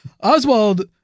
Oswald